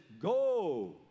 go